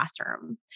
classroom